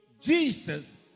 Jesus